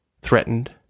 threatened